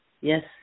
Yes